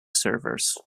servers